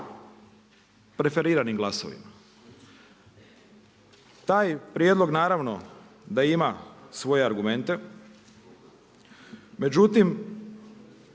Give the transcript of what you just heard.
preferiranim glasovima. Taj prijedlog naravno da ima svoje argumente. Međutim,